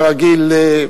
כרגיל,